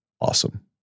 awesome